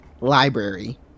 library